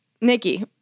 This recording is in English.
Nikki